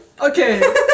Okay